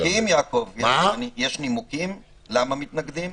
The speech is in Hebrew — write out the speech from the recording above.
יש נימוקים, יעקב, למה מתנגדים?